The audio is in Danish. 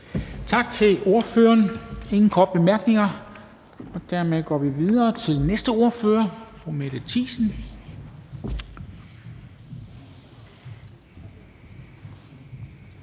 Tak til ordføreren. Der er ingen korte bemærkninger. Dermed går vi videre til den næste ordfører, fru Mette Thiesen,